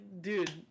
dude